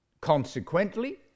Consequently